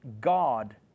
God